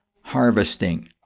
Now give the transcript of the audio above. harvesting